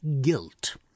guilt